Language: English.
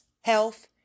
health